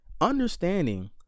understanding